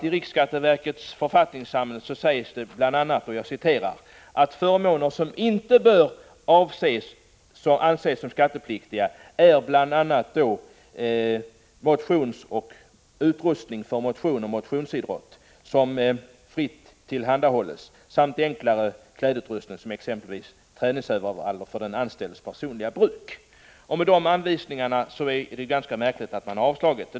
I riksskatteverkets författningssamling uppräknas nämligen, bland förmåner som inte bör anses som skattepliktiga, fritt utnyttjande av lokaler och utrustning för motion och motionsidrott samt fritt tillhandahållande av enklare klädutrustning, såsom träningsoveraller för den anställdes personliga bruk. Med de anvisningarna är riksskatteverkets ställningstagande ganska märkligt.